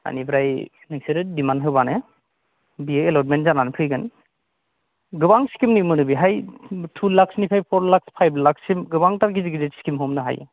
आनिफ्राय नोंसोरो डिमान्द होबानो बियो एलटमेन्ट जानानै फैगोन गोबां स्किमनि सोमोन्दै बेहाय टु लाक्सनिफ्राय फर लाक्स फाइभ लाक्ससिम गोबांथार गिदिर गिदिर स्किम हमनो हायो